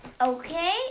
Okay